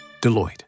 Deloitte